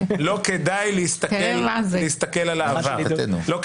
שלא כדאי להסתכל על העבר.